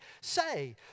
say